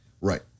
right